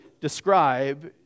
describe